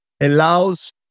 allows